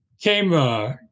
came